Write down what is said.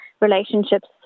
relationships